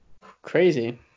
Crazy